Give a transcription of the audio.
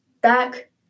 back